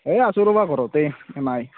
এই আছোঁ ৰ'বা ঘৰতে এনে